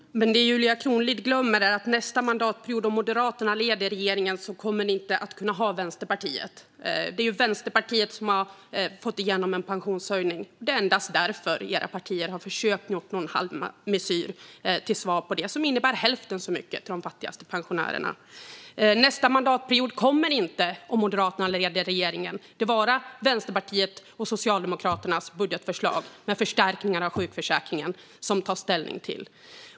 Fru talman! Det Julia Kronlid glömmer är att nästa mandatperiod, om Moderaterna leder regeringen, kommer ni inte att kunna ha Vänsterpartiet. Det är ju Vänsterpartiet som har fått igenom en pensionshöjning. Det är endast därför era partier som svar på det har försökt att göra någon halvmesyr som innebär hälften så mycket till de fattigaste pensionärerna. Nästa mandatperiod kommer det inte, om Moderaterna leder regeringen, att vara Vänsterpartiets och Socialdemokraternas budgetförslag med förstärkningar av sjukförsäkringen som det tas ställning till.